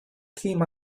came